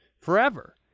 forever